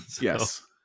Yes